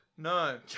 No